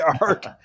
art